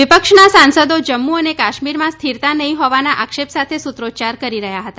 વિપક્ષના સાંસદો જમ્મુ અને કાશ્મીરમાં સ્થિરતા નહીં હોવાના આક્ષેપ સાથે સૂત્રોચ્યાર કરી રહ્યા હતા